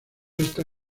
esta